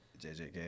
JJK